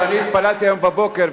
ואני התפללתי היום בבוקר,